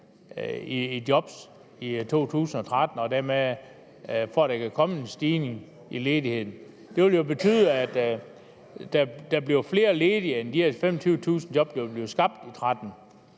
af job i 2013, altså for at der kan komme en stigning i ledigheden. Det vil jo betyde, at der bliver flere ledige end de her 25.000 job, der vil blive skabt i 2013.